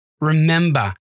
Remember